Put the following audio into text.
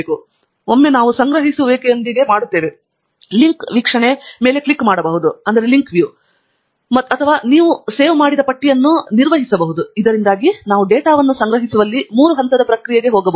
ಮತ್ತು ಒಮ್ಮೆ ನಾವು ಸಂಗ್ರಹಿಸುವಿಕೆಯೊಂದಿಗೆ ಮಾಡಲಾಗುತ್ತದೆ ಒಮ್ಮೆ ನಾವು ಲಿಂಕ್ ವೀಕ್ಷಣೆ ಮೇಲೆ ಕ್ಲಿಕ್ ಮಾಡಬಹುದು ಅಥವಾ ನಿಮ್ಮ ಉಳಿಸಿದ ಪಟ್ಟಿಯನ್ನು ನಿರ್ವಹಿಸಬಹುದು ಇದರಿಂದಾಗಿ ನಾವು ಡೇಟಾವನ್ನು ಸಂಗ್ರಹಿಸುವಲ್ಲಿ ಮೂರು ಹಂತದ ಪ್ರಕ್ರಿಯೆಗೆ ಹೋಗಬಹುದು